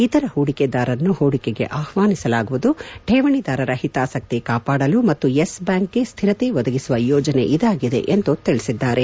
ಇತರ ಹೂಡಿಕೆದಾರರನ್ನು ಹೂಡಿಕೆಗೆ ಆಹ್ವಾನಿಸಲಾಗುವುದು ಠೇವಣಿದಾರರ ಹಿತಾಸಕ್ತಿ ಕಾಪಾಡಲು ಮತ್ತು ಯೆಸ್ ಬ್ಯಾಂಕ್ಗೆ ಸ್ವಿರತೆ ಒದಗಿಸುವ ಯೋಜನೆ ಇದಾಗಿದೆ ಎಂದು ತಿಳಿಸಿದ್ದಾರೆ